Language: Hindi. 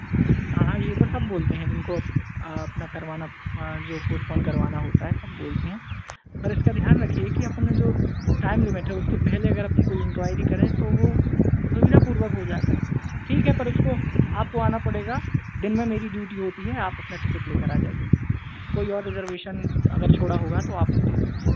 हाँ हाँ ये तो सब बोलते हैं जिनको अपना करवाना जो पोस्टपोन करवाना होता है सब बोलते हैं पर इसका ध्यान रखिए कि अपन न जो टाइम लिमिट है उसके पहले अगर अपन कोई इंक्वायरी करें तो वो सुविधापूर्वक हो जाता है ठीक है पर उसको आपको आना पड़ेगा दिन में मेरी ड्यूटी होती है आप अपना टिकिट लेकर आ जाइए कोई और रिजर्वेशन अगर छोड़ा होगा तो आपको दे देंगे सीट